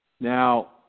Now